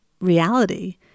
reality